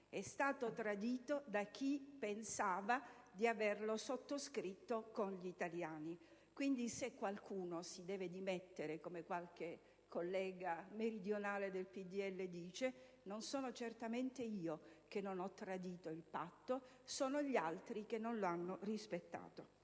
è stato tradito da chi pensava di averlo sottoscritto con gli italiani. Quindi, se qualcuno si deve dimettere, come qualche collega meridionale del PdL dice, non sono certamente io, che non ho tradito il patto, ma sono gli altri che non lo hanno rispettato.